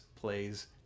plays